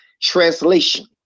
translation